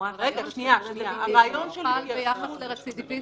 --- הוא חל ביחס לרצידיוויזם,